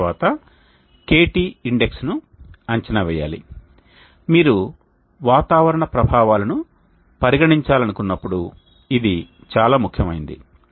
తరువాత KT ఇండెక్స్ను అంచనా వేయాలి మీరు వాతావరణ ప్రభావాలను పరిగణించాలనుకున్నప్పుడు ఇది చాలా ముఖ్యమైనది